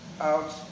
out